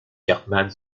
cartman